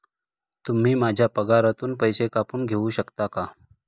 तुम्ही माझ्या पगारातून पैसे कापून घेऊ शकता का?